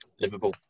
Liverpool